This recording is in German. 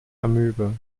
amöbe